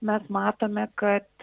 mes matome kad